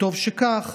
וטוב שכך.